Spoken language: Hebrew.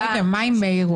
מה עם מאיר?